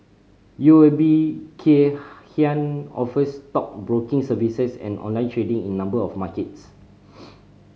U O B Kay Hian offers stockbroking services and online trading in number of markets